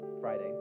Friday